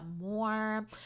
more